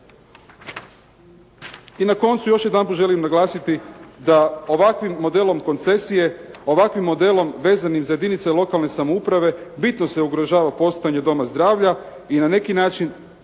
I na koncu još jedanput želim naglasiti da ovakvim modelom koncesije, ovakvim modelom vezanim za jedinice lokalne samouprave bitno se ugrožava postojanje doma zdravlja i na neki način